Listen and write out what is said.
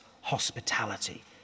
hospitality